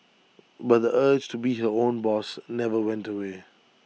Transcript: but the urge to be her own boss never went away